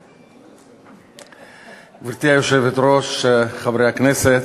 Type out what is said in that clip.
גברתי היושבת-ראש, חברי הכנסת,